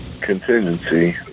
contingency